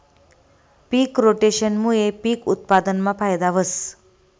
पिक रोटेशनमूये पिक उत्पादनमा फायदा व्हस